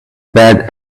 bad